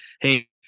hey